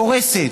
קורסת.